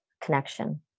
connection